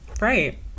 Right